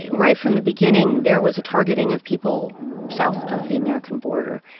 right from the beginning, there was a targeting of people south of the american border.